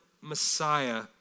Messiah